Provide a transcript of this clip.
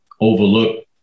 overlook